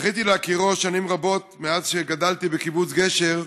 זכיתי להכירו שנים רבות, מאז גדלתי בקיבוץ גשר,